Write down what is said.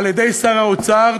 על-ידי שר האוצר,